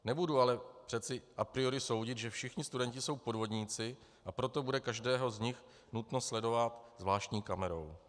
Nebudu ale přece a priori soudit, že všichni studenti jsou podvodníci, a proto bude každého z nich nutno sledovat zvláštní kamerou.